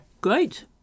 Great